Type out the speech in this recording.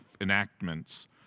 enactments